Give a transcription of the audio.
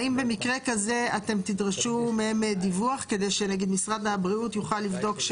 האם במקרה כזה אתם תדרשו מהם דיווח כדי שנגיד משרד הבריאות יוכל לבדוק,